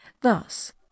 thus